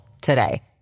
today